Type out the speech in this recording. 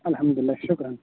اَلحمدُاللہ شُکرَن